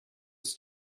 ist